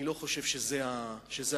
אני לא חושב שזה הפתרון.